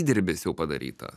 įdirbis jau padarytas